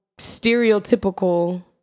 stereotypical